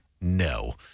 no